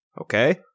okay